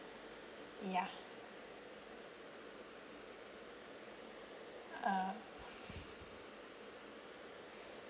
ya uh